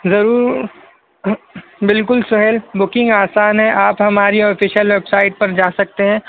ضرور بالکل سہیل بکنگ آسان ہے آپ ہماری آفیشیل ویب سائٹ پر جا سکتے ہیں